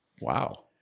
Wow